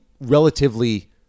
relatively